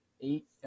eight